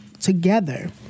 together